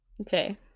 okay